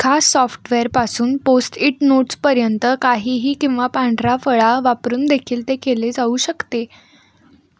खास सॉफ्टवेअरपासून post it नोट्सपर्यंत काहीही किंवा पांढरा फळा वापरून देखील ते केले जाऊ शकते